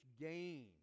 gain